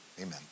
amen